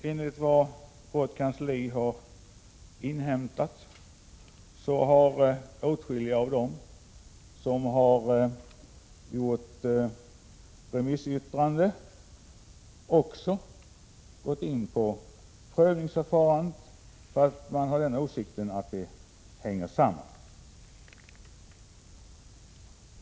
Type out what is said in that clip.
Enligt vad vårt kansli har inhämtat har åtskilliga av dem som har avgivit remissyttranden också gått in på prövningsförfarandet, eftersom de har den åsikten att detta hänger samman med frågan.